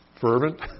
fervent